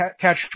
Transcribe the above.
catch